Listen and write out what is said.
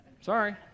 Sorry